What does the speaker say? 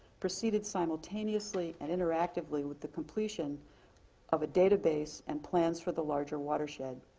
proceeded simultaneously and interactively with the completion of a database and plans for the larger watershed.